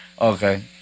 Okay